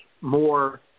more